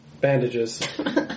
bandages